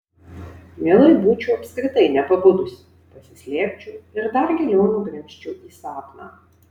mielai būčiau apskritai nepabudusi pasislėpčiau ir dar giliau nugrimzčiau į sapną